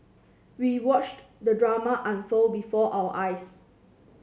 we watched the drama unfold before our eyes